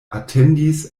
atendis